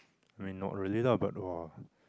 I mean not really lah but ah